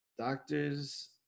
Doctors